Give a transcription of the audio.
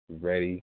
ready